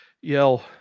yell